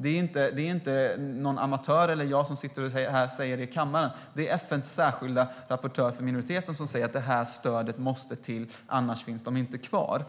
Det är inte någon amatör som säger det, och det är inget som jag bara står och säger här i kammaren, utan det är FN:s särskilda rapportör för minoriteter som säger att det här stödet måste till - annars kommer de inte att finnas kvar.